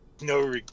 no